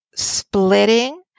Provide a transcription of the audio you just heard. splitting